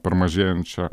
per mažėjančią